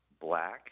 black